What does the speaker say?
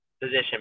position